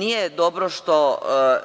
Nije dobro što